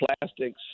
plastics